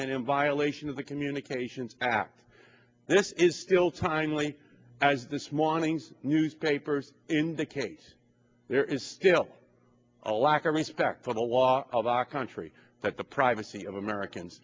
and in violation of the communications act this is still trying really as this morning's newspapers in the case there is still a lack of respect for the law a law country that the privacy of americans